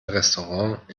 restaurant